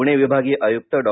पुणे विभागीय आयुक्त डॉ